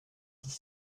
dix